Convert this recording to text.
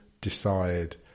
decide